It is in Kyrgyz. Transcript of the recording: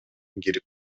кирип